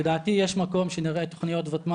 אמרתי למתכנן שאנחנו חייבים עכשיו לתקן,